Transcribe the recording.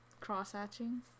cross-hatching